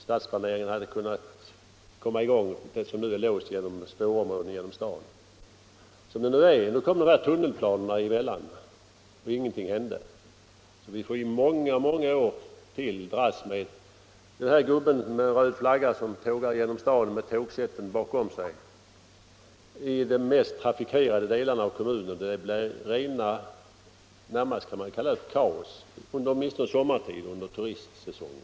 Stadsplaneringen, som nu är låst av spårområden genom staden, kunde ha kommit i gång. Nu kom emellertid tunnelplanerna emellan, och ingenting hände. Vi får många år till dras med den här gubben med röd flagga som tågar genom staden med tågsätt bakom i de mest trafikerade delarna av kommunen. Det är närmast kaos där, åtminstone sommartid under turistsäsongen.